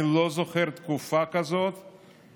אני לא זוכר תקופה כזאת,